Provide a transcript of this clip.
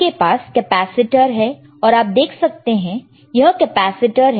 आपके पास कैपेसिटर है और आप देख सकते हैं यह कैपेसिटर है